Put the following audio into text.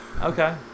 okay